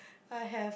I have